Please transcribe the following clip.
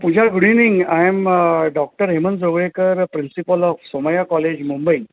Pooja good evening I am doctor Hemant Joglekar principal of Somaiya college Mumbai